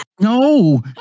No